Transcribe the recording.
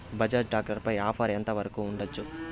Bajaj tractor పై offer ఎంత వరకు ఉండచ్చు?